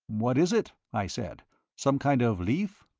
what is it? i said some kind of leaf?